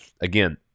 again